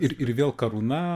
ir ir vėl karūna